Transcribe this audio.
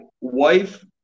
wife